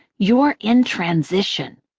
you're in transition.